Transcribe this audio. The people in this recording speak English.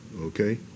okay